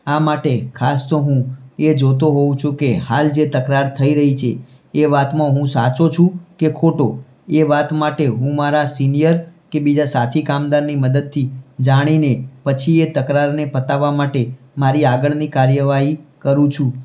આ માટે ખાસ તો હું એ જોતો હોઉં છે કે હાલ જે તકરાર થઈ રહી છે એ વાતમાં હું સાચો છું કે ખોટો એ વાત માટે હું મારા સીનીયર કે બીજા સાથી કામદારની મદદથી જાણીને પછી એ તકરારને પતાવવા માટે મારી આગળની કાર્યવાહી કરું છું